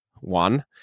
one